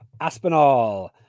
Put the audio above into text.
Aspinall